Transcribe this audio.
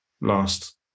last